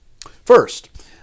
First